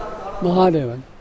Mahadevan